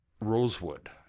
rosewood